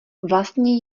vlastně